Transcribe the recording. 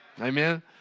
Amen